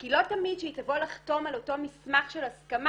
כי לא תמיד כשהיא תבוא לחתום על אותו מסמך של הסכמה,